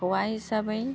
हौवा हिसाबै